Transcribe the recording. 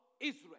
Israel